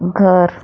घर